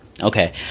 okay